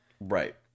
right